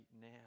now